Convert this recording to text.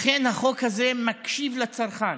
לכן, החוק הזה מקשיב לצרכן.